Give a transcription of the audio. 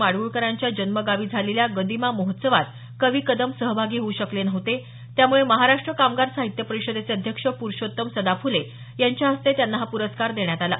माडगूळकरांच्या जन्मगावी झालेल्या गदिमा महोत्सवात कवी कदम सहभागी होऊ शकले नव्हते त्यामुळे महाराष्ट्र कामगार साहित्य परिषदेचे अध्यक्ष प्रुषोत्तम सदाफुले यांच्या हस्ते त्यांना हा पुरस्कार देण्यात आला